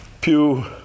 pew